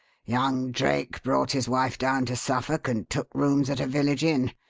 young drake brought his wife down to suffolk and took rooms at a village inn,